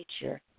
nature